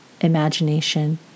imagination